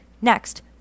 Next